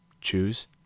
choose